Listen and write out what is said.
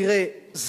תראה,